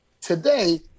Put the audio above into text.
today